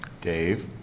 Dave